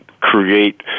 create